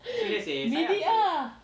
beat it ah